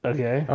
Okay